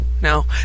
no